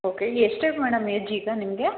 okay ಎಷ್ಟು ಆಯ್ತು madam age ಈಗ ನಿಮಗೆ